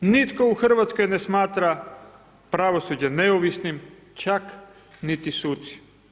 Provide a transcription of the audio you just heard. Nitko u Hrvatskoj ne smatra pravosuđe neovisnim, čak niti suci.